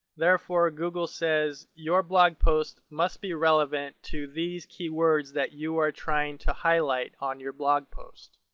therefore google says, your blog post must be relevant to these keywords that you are trying to highlight on your blog post.